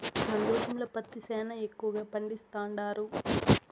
మన దేశంలో పత్తి సేనా ఎక్కువగా పండిస్తండారు